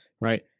right